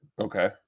Okay